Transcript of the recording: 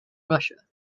russia